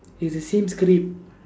is the same script